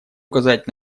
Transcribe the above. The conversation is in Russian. указать